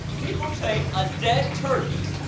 people take a dead turkey,